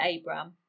Abram